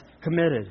committed